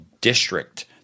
district